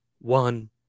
one